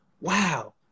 wow